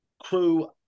crew